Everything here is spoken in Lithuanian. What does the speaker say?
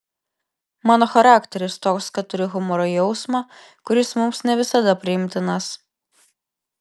mano charakteris toks kad turiu humoro jausmą kuris mums ne visada priimtinas